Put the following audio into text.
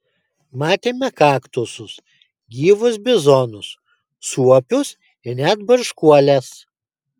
matėme kaktusus gyvus bizonus suopius ir net barškuoles